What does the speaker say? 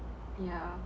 yeah